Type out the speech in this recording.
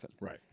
Right